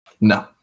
No